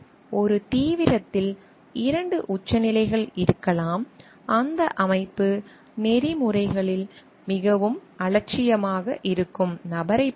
எனவே ஒரு தீவிரத்தில் 2 உச்சநிலைகள் இருக்கலாம் அந்த அமைப்பு நெறிமுறைகளில் மிகவும் அலட்சியமாக இருக்கும் நபரைப் போல